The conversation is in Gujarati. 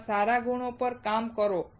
તમારા સારા ગુણો પર કામ કરો